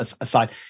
aside